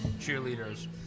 cheerleaders